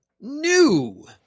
new